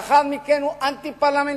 לאחר מכן הוא אנטי-פרלמנטרי.